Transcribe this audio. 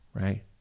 right